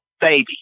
baby